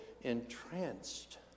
entranced